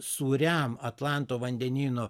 sūriam atlanto vandenyno